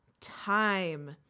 time